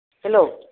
hello